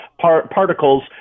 particles